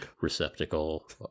receptacle